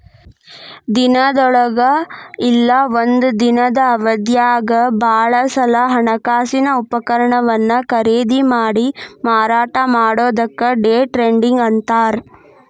ದಿನದೊಳಗ ಇಲ್ಲಾ ಒಂದ ದಿನದ್ ಅವಧ್ಯಾಗ್ ಭಾಳ ಸಲೆ ಹಣಕಾಸಿನ ಉಪಕರಣವನ್ನ ಖರೇದಿಮಾಡಿ ಮಾರಾಟ ಮಾಡೊದಕ್ಕ ಡೆ ಟ್ರೇಡಿಂಗ್ ಅಂತಾರ್